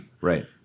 right